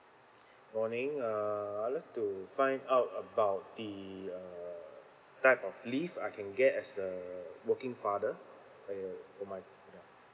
morning uh I'd like to find out about the uh type of leave I can get as a working father and for my ya